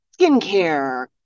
skincare